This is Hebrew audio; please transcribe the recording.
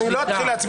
אני היום הלכתי,